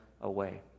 away